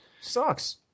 Sucks